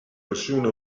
versione